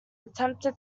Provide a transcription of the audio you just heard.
attempted